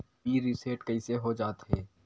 Pin reset कइसे हो जाथे?